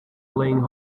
playing